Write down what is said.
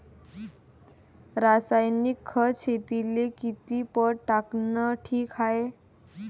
रासायनिक खत शेतीले किती पट टाकनं ठीक हाये?